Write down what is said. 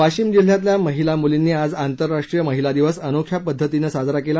वाशिम जिल्ह्यातल्या महिला मुलींनी आज आंतरराष्ट्रीय महिला दिवस अनोख्या पद्धतीन साजरा केला